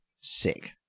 Sick